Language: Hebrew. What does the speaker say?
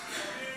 נתקבל.